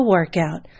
Workout